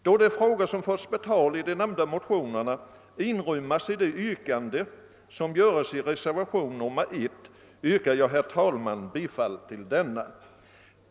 Då de frågor som förts på tal i de nämnda motionerna inryms i de yrkanden som görs i reservationen 1, yrkar jag, herr talman, bifall till denna reservation.